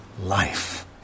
life